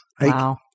Wow